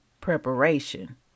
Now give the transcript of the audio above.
preparation